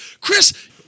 Chris